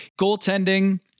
goaltending